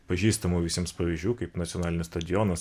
pažįstamų visiems pavyzdžių kaip nacionalinis stadionas